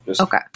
Okay